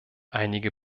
einige